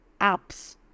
apps